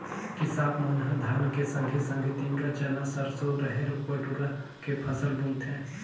किसाप मन ह धान के संघे संघे तिंवरा, चना, सरसो, रहेर, बटुरा के फसल बुनथें